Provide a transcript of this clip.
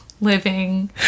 living